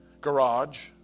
garage